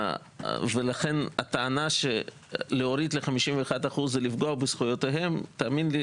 ולכן הטענה שלהוריד ל-51% זה לפגוע בזכויותיהם תאמין לי,